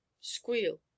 squeal